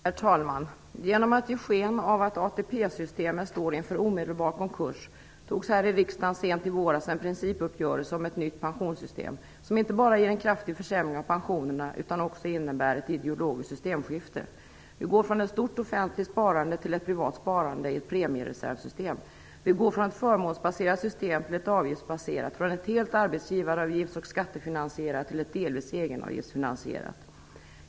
Herr talman! Genom att ge sken av att ATP systemet står inför omedelbar konkurs antogs här i riksdagen sent i våras en principuppgörelse om ett nytt pensionssystem, som inte bara kraftigt försämrar pensionerna utan också innebär ett ideologiskt systemskifte. Vi går från ett stort offentligt sparande till ett privat sparande i ett premiereservsystem. Vi går från ett förmånsbaserat system till ett avgiftsbaserat system. Vi går från ett helt arbetsgivaravgifts och skattefinansierat system till ett delvis egenavgiftsfinansierat system.